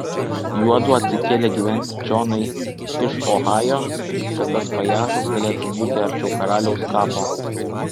juodu atsikėlė gyventi čionai iš ohajo kad tas pajacas galėtų būti arčiau karaliaus kapo